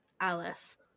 Alice